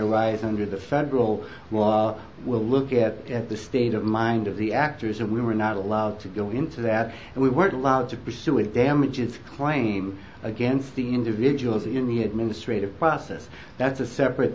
arise under the federal law will look at the state of mind of the actors and we were not allowed to go into that and we weren't allowed to pursue it damages claim against the individuals in the administrative process that's a separate